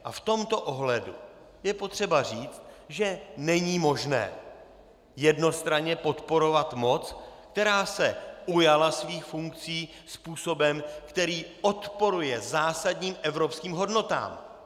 A v tomto ohledu je potřeba říct, že není možné jednostranně podporovat moc, která se ujala svých funkcí způsobem, který odporuje zásadním evropským hodnotám.